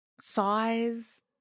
size